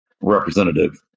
representative